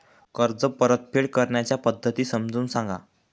कर्ज परतफेड करण्याच्या पद्धती समजून सांगा